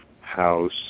house